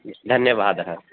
धन्यवादः